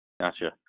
gotcha